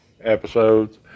episodes